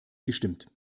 gestimmt